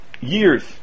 years